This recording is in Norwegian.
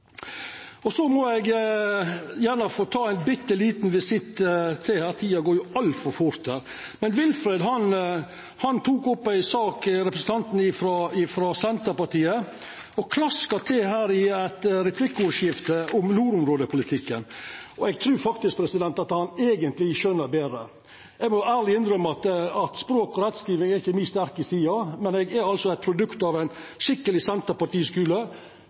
og det må me leva med. Så vil eg gjerne ta ein bitte liten visitt – tida går jo altfor fort her – til representanten Willfred Nordlund frå Senterpartiet. Han klaska til med nordområdepolitikken i eit replikkordskifte. Eg trur faktisk at han eigentleg skjønar betre. Eg må ærleg innrømma at språk og rettskriving ikkje er mi sterke side, men eg er eit produkt av ein skikkeleg